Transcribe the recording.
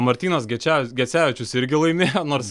martynas geče gecevičius irgi laimėjo nors